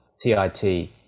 t-i-t